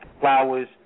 Flowers